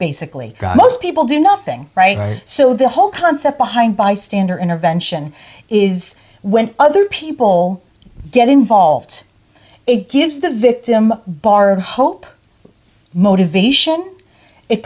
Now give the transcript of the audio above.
basically most people do nothing right so the whole concept behind bystander intervention is when other people get involved it gives the victim bar of hope motivation it